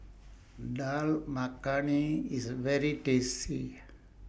Dal Makhani IS very tasty